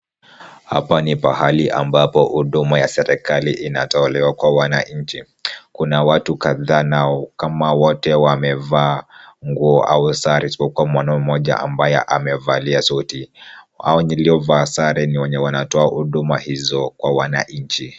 Hapa ni pahali ambapo huduma ya serikali inatolewa kwa wananchi. Kuna watu kadhaa na kama wote wamevaa nguo au sare isipokuwa mwanamume mmoja ambaye amevalia suti. Hao wenye waliovaa sare ni wenye wanatoa huduma hizo kwa wananchi.